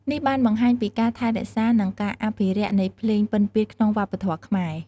នេះបានបង្ហាញពីការថែរក្សា និងការអភិរក្សនៃភ្លេងពិណពាទ្យក្នុងវប្បធម៌ខ្មែរ។